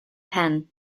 pen